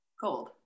Cold